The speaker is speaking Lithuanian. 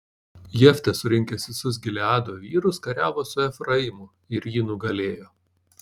jeftė surinkęs visus gileado vyrus kariavo su efraimu ir jį nugalėjo